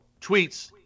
tweets